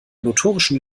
notorischen